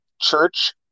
church